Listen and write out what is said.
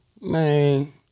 man